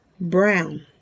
brown